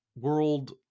world